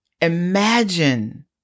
Imagine